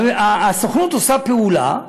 הסוכנות עושה פעולה,